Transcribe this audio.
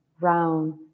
round